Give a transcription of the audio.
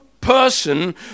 person